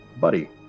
Buddy